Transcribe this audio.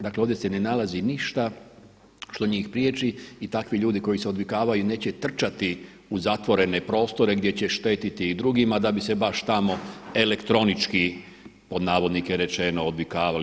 Dakle ovdje se ne nalazi ništa što njih priječi i takvi ljudi koji se odvikavaju neće trčati u zatvorene prostore gdje će štetiti i drugima da bi se baš tamo elektronički „odvikavali“